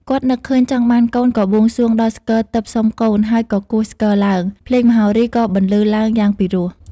គាត់នឹកឃើញចង់បានកូន ក៏បួងសួងដល់ស្គរទិព្វសុំកូន ហើយក៏គោះ ស្គរឡើង។ ភ្លេងមហោរីក៏បន្លឺឡើងយ៉ាងពីរោះ។